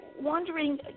wondering